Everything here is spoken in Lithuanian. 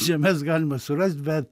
žemes galima surast bet